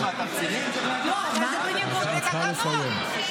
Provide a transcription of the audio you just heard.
את צריכה לסיים.